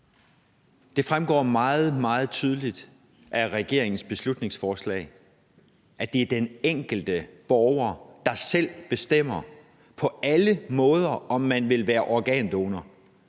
Det fremgår meget, meget tydeligt af regeringens beslutningsforslag, at det er den enkelte borger, der på alle måder selv bestemmer, om vedkommende vil være organdonor.